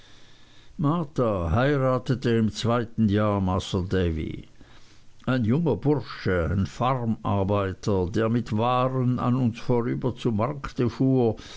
marta heiratete im zweiten jahr masr davy ein junger bursche ein farmarbeiter der mit waren an uns vorüber zum markte fuhr